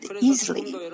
easily